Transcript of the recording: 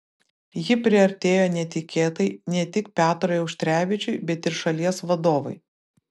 ji priartėjo netikėtai ne tik petrui auštrevičiui bet ir šalies vadovui